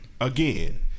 Again